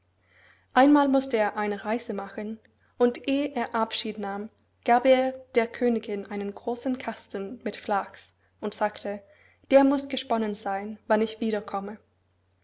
einmal mußte er eine reise machen und ehe er abschied nahm gab er der königin einen großen kasten mit flachs und sagte der muß gesponnen seyn wann ich wieder